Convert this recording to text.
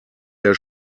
der